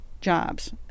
jobs